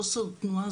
חוסר תנועה,